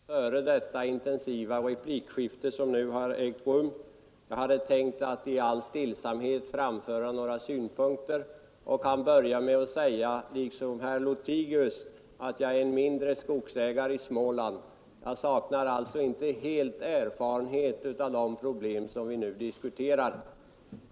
Herr talman! När jag begärde ordet före det intensiva replikskifte som nu har ägt rum hade jag tänkt att i all stillsamhet framföra några synpunkter. Jag kan liksom herr Lothigius börja med att säga att jag är en mindre skogsägare i Småland. Jag saknar alltså inte helt erfarenhet av de problem som vi nu diskuterar.